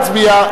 נא להצביע.